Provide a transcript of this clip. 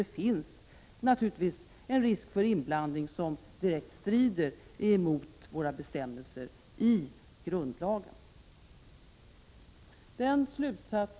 Det finns risk för en inblandning som strider mot bestämmelserna i grundlagen. Herr talman!